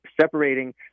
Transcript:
separating